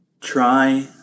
Try